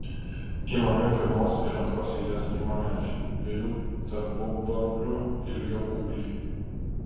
imami pirmos ir antros eilės pirmamečiai dviejų tarpubamblių ilgio ūgliai